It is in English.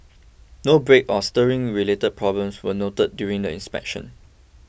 no brake or steering related problems were noted during the inspection